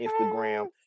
Instagram